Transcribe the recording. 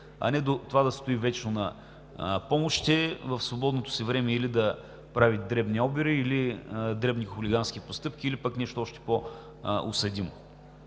а не до това да стои вечно на помощите – в свободното си време или да прави дребни обири, или дребни хулигански постъпки, или пък нещо още по-осъдимо.